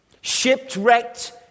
shipwrecked